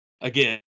Again